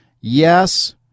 yes